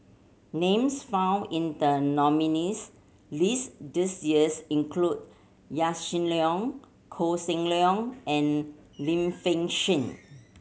names found in the nominees' list this years include Yaw Shin Leong Koh Seng Leong and Lim Fei Shen